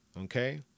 okay